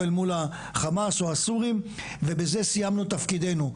אל מול החמאס או הסורים ובזה סיימנו את תפקידנו.